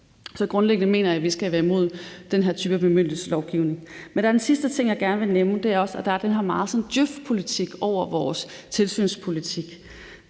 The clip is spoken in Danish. Så grundlæggende mener jeg, at vi skal være imod den her type bemyndigelseslovgivning. Der en sidste ting, jeg gerne vil nævne, og det er, at der er meget djøfpolitik over den her tilsynspolitik.